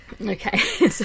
Okay